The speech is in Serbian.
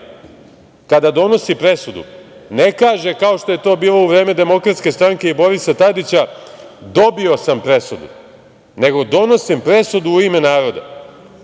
kada donosi presudu, ne kaže kao što je to bilo u vreme Demokratske stranke i Borisa Tadića – dobio sam presudu, nego – donosim presudu u ime naroda. Voleo